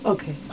Okay